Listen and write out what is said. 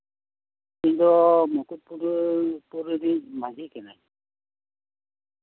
ᱦᱮᱸ ᱤᱧ ᱫᱚ ᱢᱩᱠᱩᱴᱢᱚᱱᱤᱯᱩᱨ ᱨᱤᱱᱤᱡ ᱢᱟᱹᱡᱷᱤ ᱠᱟᱱᱟᱹᱧ